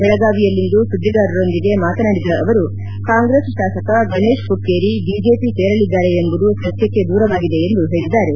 ಬೆಳಗಾವಿಯಲ್ಲಿಂದು ಸುದ್ದಿಗಾರರೊಂದಿಗೆ ಮಾತನಾಡಿದ ಅವರು ಕಾಂಗ್ರೆಸ್ ಶಾಸಕ ಗಣೇಶ್ ಹುಕ್ಕೇರಿ ಬಿಜೆಪಿ ಸೇರಲಿದ್ದಾರೆ ಎಂಬುದು ಸತ್ಯಕ್ಕೆ ದೂರವಾಗಿದೆ ಎಂದು ಹೇಳಿದ್ದಾರೆ